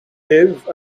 live